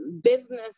business